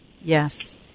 Yes